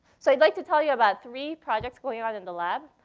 so i'd like to tell you about three projects going on in the lab.